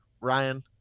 ryan